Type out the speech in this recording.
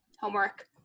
homework